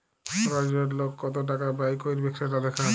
রজ রজ লক কত টাকা ব্যয় ক্যইরবেক সেট দ্যাখা